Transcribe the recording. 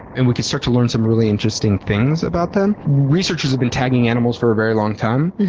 and we can start to learn some really interesting things about them. researchers have been tagging animals for a very long time,